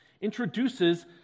introduces